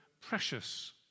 precious